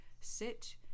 sit